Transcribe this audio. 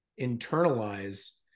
internalize